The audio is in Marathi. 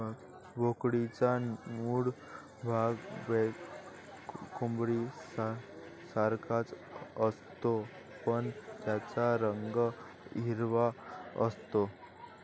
ब्रोकोलीचा मूळ भाग कोबीसारखाच असतो, पण त्याचा रंग हिरवा असतो